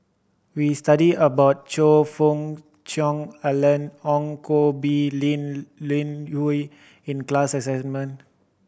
we studied about Choe Fook Cheong Alan Ong Koh Bee Linn In Hua in the class assignment